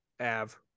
Av